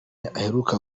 aheruka